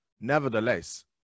nevertheless